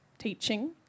...teaching